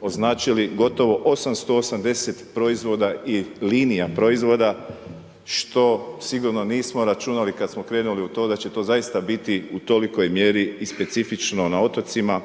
označili gotovo 880 proizvoda i linija proizvoda što sigurno nismo računali kad smo krenuli u to da će to zaista biti u tolikoj mjeri i specifično na otocima,